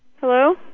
Hello